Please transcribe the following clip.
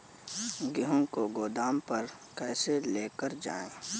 गेहूँ को गोदाम पर कैसे लेकर जाएँ?